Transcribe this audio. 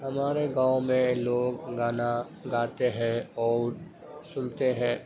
ہمارے گاؤں میں لوگ گانا گاتے ہیں اور سنتے ہیں